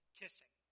kissing